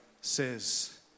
says